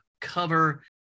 cover